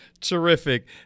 terrific